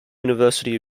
university